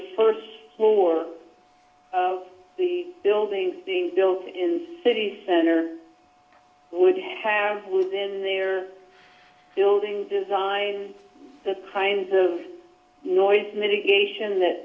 first floor of the buildings being built in the city center would have to lose in their building design the kinds of noise mitigation that